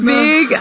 big